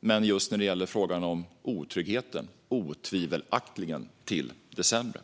men i fråga om otryggheten otvivelaktigt till det sämre.